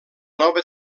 nova